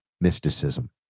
mysticism